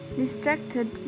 distracted